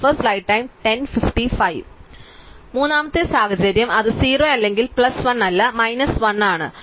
അതിനാൽ മൂന്നാമത്തെ സാഹചര്യം അത് 0 അല്ലെങ്കിൽ പ്ലസ് 1 അല്ല മൈനസ് 1 ആണ്